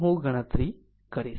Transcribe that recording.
હું ગણતરી કરીશ